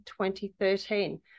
2013